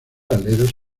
aleros